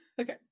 Okay